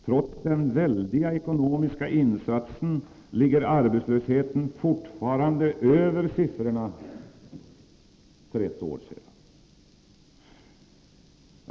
Trots den väldiga ekonomiska insatsen ligger arbetslösheten fortfarande över siffrorna för ett år sedan.